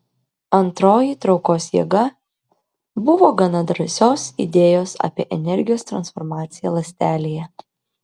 antroji traukos jėga buvo gana drąsios idėjos apie energijos transformaciją ląstelėje